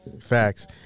Facts